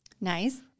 nice